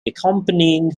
accompanying